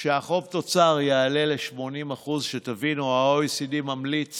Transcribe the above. כשהחוב תוצר יעלה ל-80% שתבינו, ה-OECD ממליץ